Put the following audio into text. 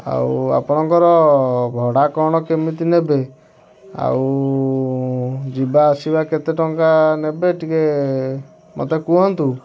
ଆଉ ଆପଣଙ୍କର ଭଡ଼ା କଣ କେମିତି ନେବେ ଆଉ ଯିବା ଆସିବା କେତେ ଟଙ୍କା ନେବେ ଟିକେ ମୋତେ କୁହନ୍ତୁ